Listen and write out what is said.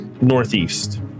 northeast